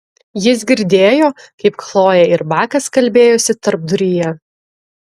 jis girdėjo kaip chlojė ir bakas kalbėjosi tarpduryje